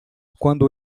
quando